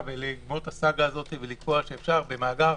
ולגמור את הסאגה הזאת ולקבוע שאפשר במאגר